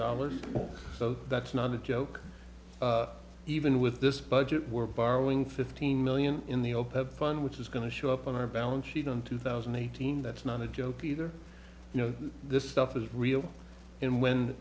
dollars so that's not a joke even with this budget we're borrowing fifteen million in the open fund which is going to show up on our balance sheet on two thousand and eighteen that's not a joke either you know this stuff is real and when